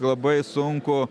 labai sunku